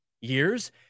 years